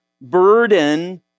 burden